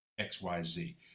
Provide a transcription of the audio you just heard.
XYZ